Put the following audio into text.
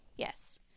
Yes